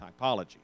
typology